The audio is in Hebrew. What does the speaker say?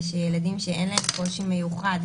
שילדים שאין להם קושי מיוחד,